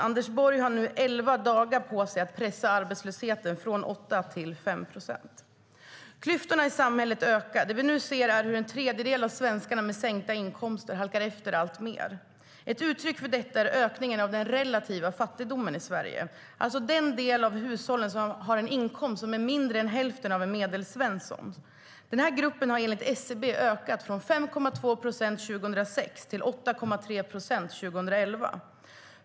Anders Borg har nu elva dagar på sig att pressa arbetslösheten från 8 till 5 procent, herr talman. Klyftorna i samhället ökar. Det vi nu ser är hur en tredjedel av svenskarna med sänkta inkomster halkar efter alltmer. Ett uttryck för detta är ökningen av den relativa fattigdomen i Sverige, alltså den del av hushållen som har en inkomst som är mindre än hälften av Medelsvenssons. Den gruppen har enligt SCB ökat från 5,2 procent 2006 till 8,3 procent 2011.